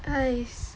!hais!